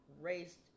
raised